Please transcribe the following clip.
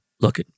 look